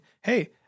Hey